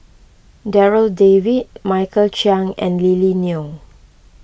Darryl David Michael Chiang and Lily Neo